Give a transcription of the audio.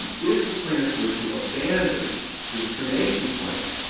if the plaintiff were to abandon the discrimination claim,